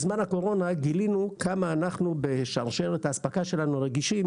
בזמן הקורונה גילינו כמה אנחנו בשרשרת האספקה שלנו רגישים